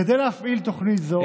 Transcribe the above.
כדי להפעיל תוכנית זו,